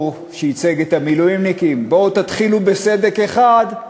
שייצג את המילואימניקים: בואו תתחילו בסדק אחד,